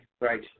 Right